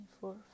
four